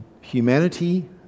humanity